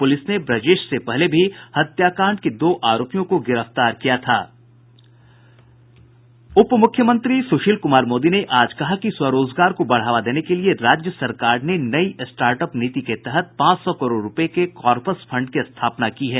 police ने ब्रजेश से पहले भी हत्याकांड के दो आरोपियों को गिरफ्तार किया था उप मुख्यमंत्री सुशील कुमार मोदी ने आज कहा कि स्वरोजगार को बढ़ावा देने के लिए राज्य सरकार ने नई स्टार्टअप नीति के तहत पांच सौ करोड़ रूपये के कॉर्पस फंड की स्थापना की है